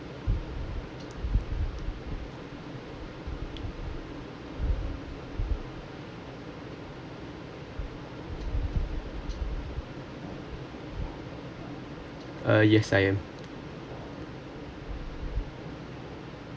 ah yes I am